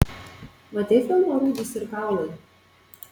matei filmą rūdys ir kaulai